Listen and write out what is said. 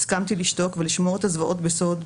הסכמתי לשתוק ולשמור את הזוועות בסוד,